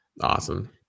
Awesome